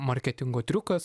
marketingo triukas